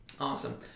Awesome